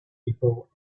before